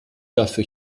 dafür